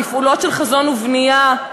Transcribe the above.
בפעולות של חזון ובנייה.